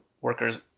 workers